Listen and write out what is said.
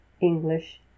English